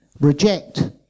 reject